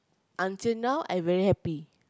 until now I very happy